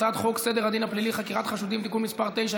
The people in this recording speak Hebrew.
הצעת חוק סדר הדין הפלילי (חקירת חשודים) (תיקון מס' 9),